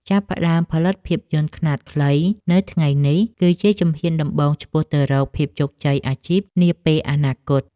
ចាប់ផ្ដើមផលិតភាពយន្តខ្នាតខ្លីនៅថ្ងៃនេះគឺជាជំហានដំបូងឆ្ពោះទៅរកភាពជាអាជីពនាពេលអនាគត។